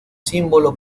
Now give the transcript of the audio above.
símbolo